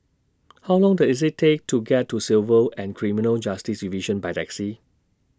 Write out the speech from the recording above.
How Long Does IT Take to get to Civil and Criminal Justice Division By Taxi